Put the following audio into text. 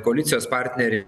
koalicijos partneriai